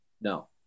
No